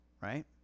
Right